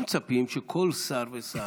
אנחנו מצפים שכל שר ושר